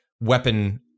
weapon